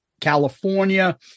California